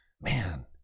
man